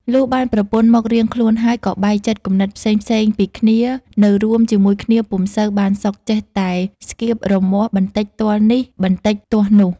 លុះបានប្រពន្ធមករៀងខ្លួនហើយ ក៏បែកចិត្តគំនិតផ្សេងៗពីគ្នានៅរួមជាមួយគ្នាពុំសូវបានសុខ ចេះតែស្កៀបរមាស់ បន្តិចទាស់នេះ បន្តិចទាស់នោះ។